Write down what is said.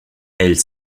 elles